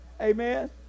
amen